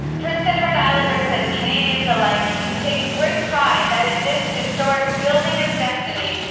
prince edward islanders, and canadians alike, can take great pride that in this historic building of destiny,